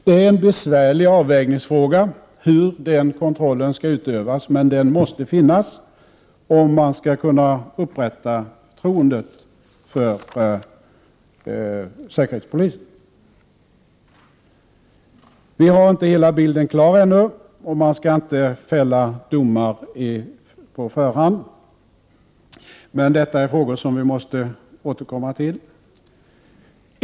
Det är en besvärlig avvägningsfråga hur denna kontroll skall utövas, men den måste finnas om man skall kunna upprätta förtroendet för säkerhetspolisen. Vi har ännu inte hela bilden klar för oss, och vi skall inte fälla domar på förhand. Men detta är frågor som vi måste återkomma till.